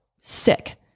sick